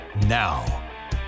now